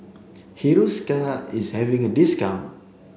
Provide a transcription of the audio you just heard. Hiruscar is having a discount